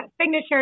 signature